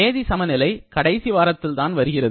வேதி சமநிலை கடைசி வாரத்தில் தான் வருகிறது